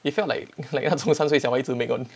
it felt like like 那种三岁小孩 make [one]